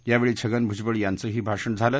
यावेळी छगन भूजबळ यांचंही भाषण झालं